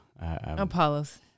Apollos